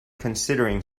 considering